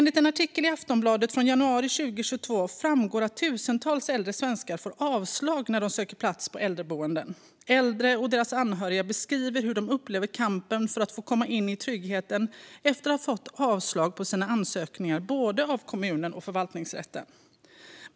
I en artikel i Aftonbladet från januari 2022 framgår det att tusentals äldre svenskar får avslag när de söker plats på äldreboende. De äldre och deras anhöriga beskriver hur de upplever kampen för att få komma in i tryggheten efter att ha fått avslag på sina ansökningar av både kommunen och förvaltningsrätten.